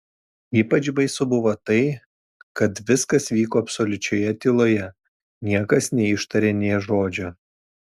ypač baisu buvo tai kad viskas vyko absoliučioje tyloje niekas neištarė nė žodžio